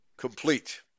Complete